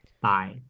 bye